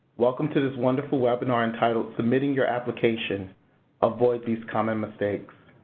welcome to this wonderful webinar entitled submitting your application avoid these common mistakes.